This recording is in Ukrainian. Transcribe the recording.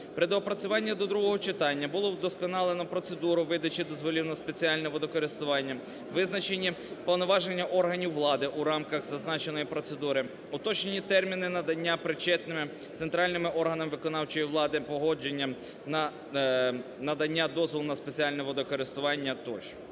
При доопрацюванні до другого читання було вдосконалено процедуру видачі дозволів на спеціальне водокористування, визначені повноваження органів влади у рамках зазначеної процедури, уточнені терміни надання причетними центральними органами виконавчої влади погодженням на надання дозволу на спеціальне водокористування, тощо.